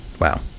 Wow